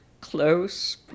close